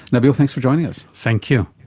nabil, thanks for joining us. thank you.